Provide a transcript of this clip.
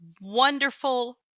wonderful